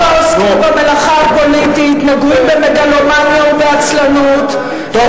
העוסקים במלאכה הפוליטית נגועים במגלומניה ובעצלנות,